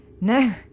No